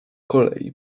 kolei